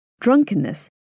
Drunkenness